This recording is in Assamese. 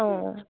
অঁ